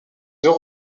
deux